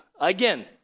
again